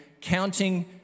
counting